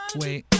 wait